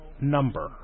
number